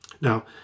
Now